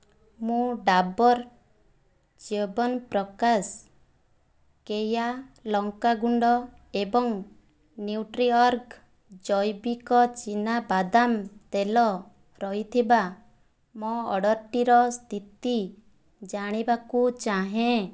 ମୁଁ ଡାବର୍ ଚ୍ୟବନପ୍ରକାଶ କେୟା ଲଙ୍କା ଗୁଣ୍ଡ ଏବଂ ନ୍ୟୁଟ୍ରିଅର୍ଗ ଜୈବିକ ଚୀନାବାଦାମ ତେଲ ରହିଥିବା ମୋ ଅର୍ଡ଼ର୍ଟିର ସ୍ଥିତି ଜାଣିବାକୁ ଚାହେଁ